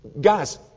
Guys